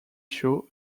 show